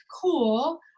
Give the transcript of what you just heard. cool